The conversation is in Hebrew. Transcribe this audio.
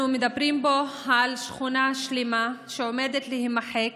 אנחנו מדברים פה על שכונה שלמה שעומדת להימחק